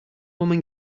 woman